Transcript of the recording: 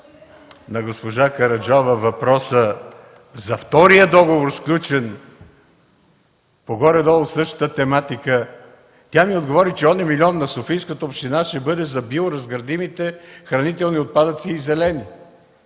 на госпожа Караджова въпроса за втория договор, сключен по горе-долу същата тематика, тя ми отговори, че онзи милион на Софийската община ще бъде за биоразградимите хранителни и зелени